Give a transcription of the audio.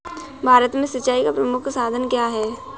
भारत में सिंचाई का प्रमुख साधन क्या है?